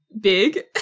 big